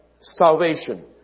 salvation